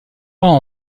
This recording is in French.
peints